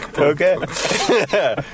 Okay